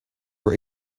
were